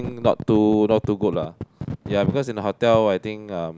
think not too not too good lah ya because in the hotel I think um